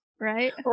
right